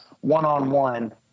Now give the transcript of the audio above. one-on-one